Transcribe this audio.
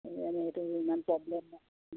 সেই সেইটো ইমান প্ৰ'ব্লেম নহয়